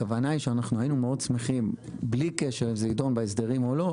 הכוונה היא שאנחנו היינו מאוד שמחים בלי קשר אם זה יידון בהסדרים או לא,